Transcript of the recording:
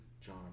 John